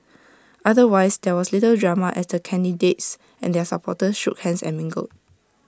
otherwise there was little drama as the candidates and their supporters shook hands and mingled